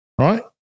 right